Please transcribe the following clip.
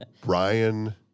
Brian